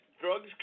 Drugs